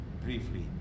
briefly